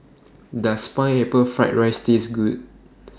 Does Pineapple Fried Rice Taste Good